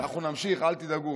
אנחנו נמשיך, אל תדאגו.